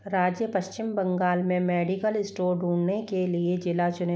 राज्य पश्चिम बंगाल में medical store ढूँढने के लिए ज़िला चुनें